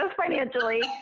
financially